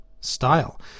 style